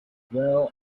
well